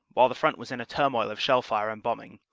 while the front was in a turmoil of shell-fire and bombing,